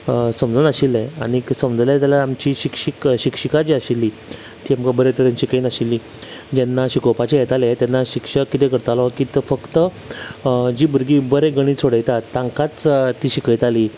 समजनाशिल्ले आनीक समजलें जाल्यार आमचीं एक शिक्षिक शिक्षिकी आशिल्लीं ती आमकां बरें तरेन शिकय नाशिल्ली जेन्ना शिकोवपाचे येताले तेन्ना शिक्षक कितें करतालो की तो फक्त जी भुरगीं बरें गणीत सोडयतात तांकांच ती शकयताली